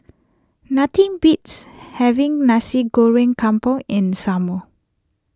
nothing beats having Nasi Goreng Kampung in the summer